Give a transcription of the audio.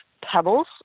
pebbles